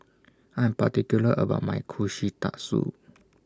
I Am particular about My Kushikatsu